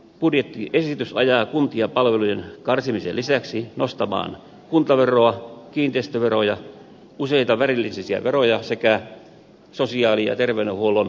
budjettiesitys ajaa kuntia palvelujen karsimisen lisäksi nostamaan kuntaveroa kiinteistöveroja useita välillisiä veroja sekä sosiaali ja terveydenhuollon asiakasmaksuja